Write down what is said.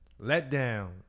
letdown